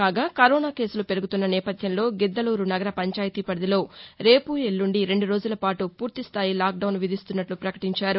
కాగా కరోనా కేసులు పెరుగుతున్న నేపథ్యంలో గిద్దలూరు నగర పంచాయతీ పరిధిలో రేపు ఎల్లుండి రెండు రోజుల పాటు పూర్తి స్టాయి లాక్ డౌన్ విధిస్తున్నట్టు పకటించారు